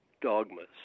dogmas